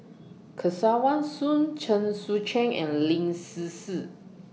Kesavan Soon Chen Sucheng and Lin Hsin Hsin